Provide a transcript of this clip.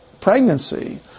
pregnancy